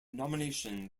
nomination